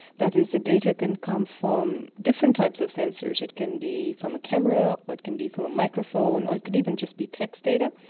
that is, the data can come from different types of sensors. it can be from a camera, it can be from a microphone, or it could even just be text data.